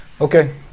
Okay